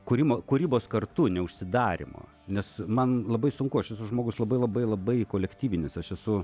kūrimo kūrybos kartu neužsidarymo nes man labai sunku aš esu žmogus labai labai labai kolektyvinis aš esu